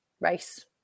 race